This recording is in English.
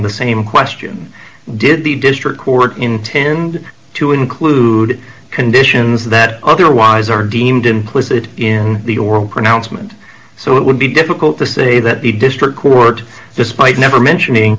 the same question did the district court intend to include conditions that otherwise are deemed implicit in the oral pronouncement so it would be difficult to say that the district court despite never